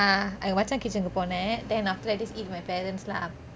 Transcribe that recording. ah Machan's Kitchen போனேன்:ponen then after that I just eat with my parents lah